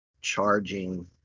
charging